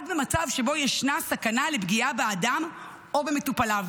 רק במצב שבו ישנה סכנה לפגיעה באדם או במטופליו.